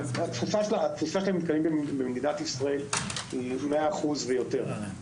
התפוסה של המתקנים במדינת ישראל היא 100% ויותר.